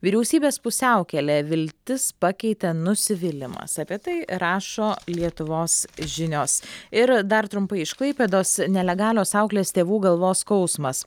vyriausybės pusiaukelė viltis pakeitė nusivylimas apie tai rašo lietuvos žinios ir dar trumpai iš klaipėdos nelegalios auklės tėvų galvos skausmas